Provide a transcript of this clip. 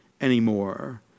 anymore